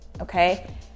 okay